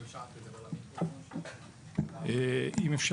אני אומר